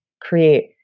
create